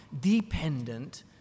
dependent